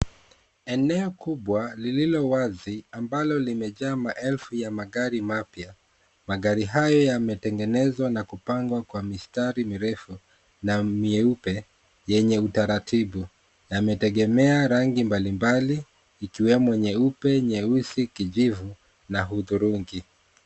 Eneo kubwa lilowazi ambalo limejaa maelfu ya magari mapya. Magari hayo yametengenezwa na kupangwa kwa mistari mirefu na mieupe yenye utaratibu . Yametegemea rangi mbalimbali ikiwemo nyeupe, nyeusi, kijivu, na hudhurungi.